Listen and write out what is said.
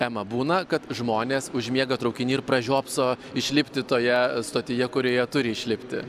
ema būna kad žmonės užmiega traukiny ir pražiopso išlipti toje stotyje kurioje turi išlipti